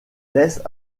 laisse